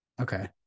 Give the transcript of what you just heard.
Okay